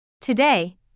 Today